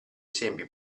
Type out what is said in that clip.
esempi